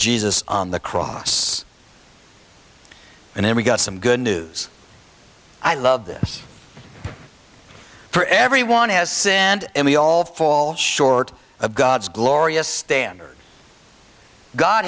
jesus on the cross and then we got some good news i love this for everyone has sinned and we all fall short of god's glorious standard god